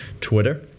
Twitter